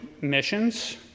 missions